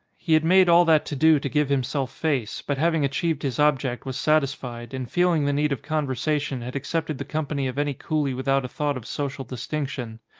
he had made all that to-do to give himself face, but having achieved his object was satisfied, and feeling the need of conversation had accepted the company of any coolie without a thought of social distinction.